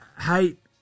hate